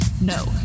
No